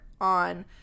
on